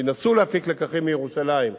וינסו להפיק לקחים מירושלים,